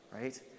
right